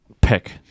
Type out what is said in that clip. pick